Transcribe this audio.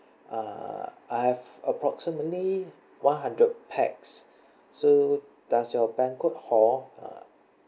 uh I have approximately one hundred pax so does your banquet hall uh